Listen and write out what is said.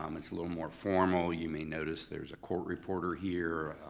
um it's a little more formal, you may notice there's a court reporter here.